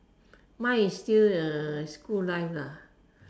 mine is still uh school life lah